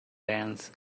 dance